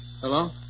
Hello